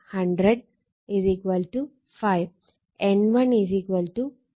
N1 300 എന്നാണ് നമുക്ക് കിട്ടിയത്